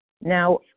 Now